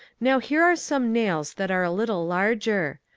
now here are some nails that are a little larger.